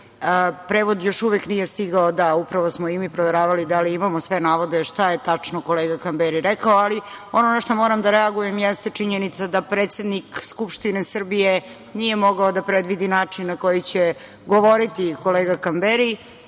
Prevod još uvek nije stigao, da, upravo smo i mi proveravali da li imamo sve navode šta je tačno kolega Kamberi rekao, ali ono na šta moram da reagujem jeste činjenica da predsednik Skupštine Srbije nije mogao da predvidi način na koji će da govori kolega Kamberi